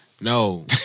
No